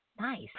Nice